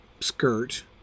skirt